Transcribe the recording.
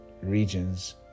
regions